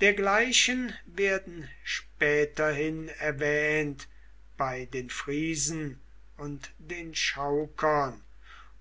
dergleichen werden späterhin erwähnt bei den friesen und den chaukern